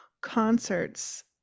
concerts